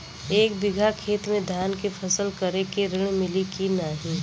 एक बिघा खेत मे धान के फसल करे के ऋण मिली की नाही?